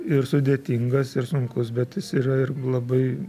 ir sudėtingas ir sunkus bet jis yra ir labai